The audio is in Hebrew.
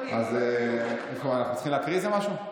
צריכים להקריא משהו?